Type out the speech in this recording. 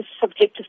subjective